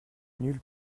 nulle